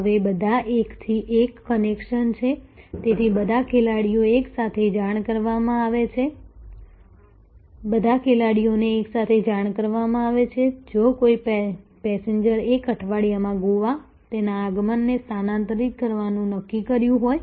હવે બધા એકથી એક કનેક્શન છે તેથી બધા ખેલાડીઓને એકસાથે જાણ કરવામાં આવે છે જો કોઈ પેસેન્જરે એક અઠવાડિયામાં ગોવામાં તેના આગમનને સ્થાનાંતરિત કરવાનું નક્કી કર્યું હોય